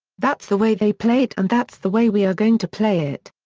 that's the way they play it and that's the way we are going to play it.